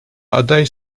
aday